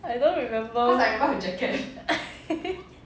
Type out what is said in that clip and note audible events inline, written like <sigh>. I don't remember <laughs>